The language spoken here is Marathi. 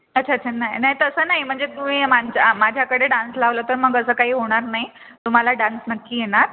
अच्छा अच्छा नाही नाही तसं नाही म्हणजे तुम्ही माझा माझ्याकडे डान्स लावलं तर मग असं काही होणार नाही तुम्हाला डान्स नक्की येणार